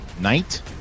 Knight